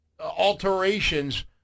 alterations